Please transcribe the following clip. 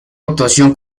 actuación